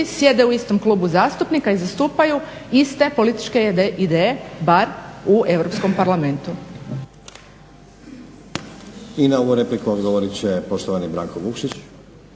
sjede u istom klubu zastupnika i zastupaju iste političke ideje bar u Europskom parlamentu.